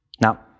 Now